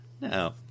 No